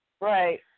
Right